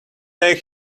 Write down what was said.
day